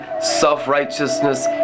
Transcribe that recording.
self-righteousness